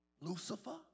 Lucifer